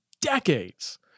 decades